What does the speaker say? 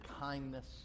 kindness